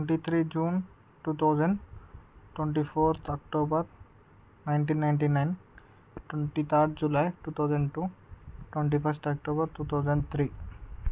twenty three June two thousand twenty fourth October nineteen ninety nine twenty third July two thousand two twenty first October two thousand three